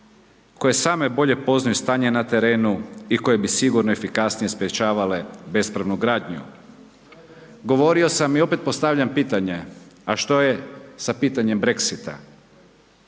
koje same bolje poznaju stanje na terenu i koje bi sigurno efikasnije sprječavale bespravnu gradnju. Govorio sam i opet postavljam pitanje, a što je sa pitanjem Brexita,